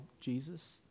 Jesus